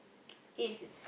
is